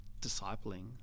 discipling